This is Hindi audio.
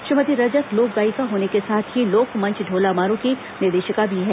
श्रीमती रजक लोक गायिका होने के साथ ही लोकमंच ढोला मारू की निर्देशिका हैं